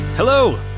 Hello